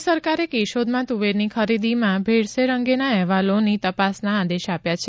રાજ્ય સરકારે કેશોદમાં તુવેરની ખરીદીમાં ભેળસેળ અંગેના અહેવાલોની તપાસના આદેશ આપ્યા છે